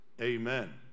amen